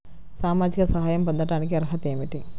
సామాజిక సహాయం పొందటానికి అర్హత ఏమిటి?